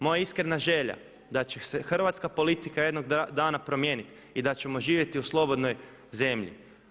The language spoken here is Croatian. Moja je iskrena želja da će se hrvatska politika jednog dana promijeniti i da ćemo živjeti u slobodnoj zemlji.